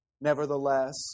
Nevertheless